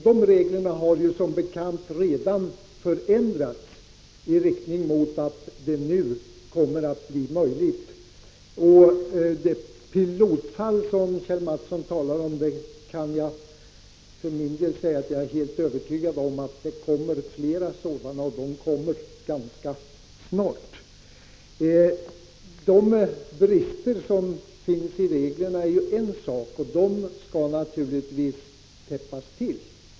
Dessa regler har emellertid, som bekant, redan förändrats i den riktningen att det nu kommer att bli möjligt att beivra transaktionerna i fråga. Kjell Mattsson talade om pilotfall, och jag är helt övertygad om att det ganska snart kommer flera sådana. De brister som finns i reglerna skall naturligtvis rättas till.